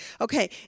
Okay